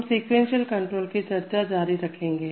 हम sequential control की चर्चा जारी रखेंगे